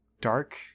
dark